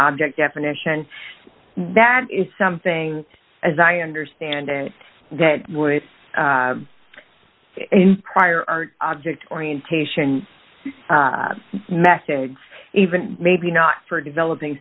object definition that is something as i understand it that would in prior art object orientation method even maybe not for developing